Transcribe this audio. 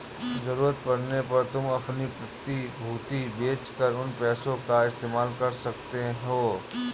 ज़रूरत पड़ने पर तुम अपनी प्रतिभूति बेच कर उन पैसों का इस्तेमाल कर सकते हो